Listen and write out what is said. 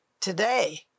today